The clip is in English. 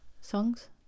songs